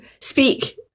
speak